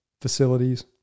facilities